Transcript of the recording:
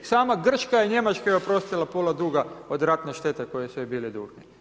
Sama Grčka je Njemačkoj oprostila pola duga od ratne štete koju su joj bili dužni.